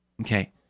okay